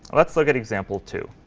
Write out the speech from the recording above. let's look at example two.